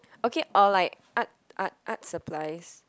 okay or like art art art supplies